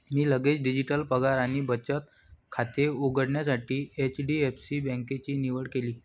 मी लगेच डिजिटल पगार आणि बचत खाते उघडण्यासाठी एच.डी.एफ.सी बँकेची निवड केली